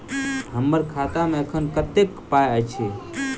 हम्मर खाता मे एखन कतेक पाई अछि?